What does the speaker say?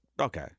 okay